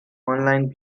online